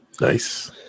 Nice